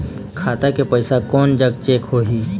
खाता के पैसा कोन जग चेक होही?